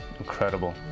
incredible